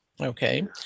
Okay